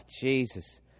Jesus